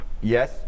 yes